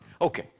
Okay